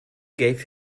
gave